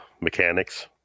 mechanics